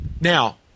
Now